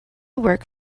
work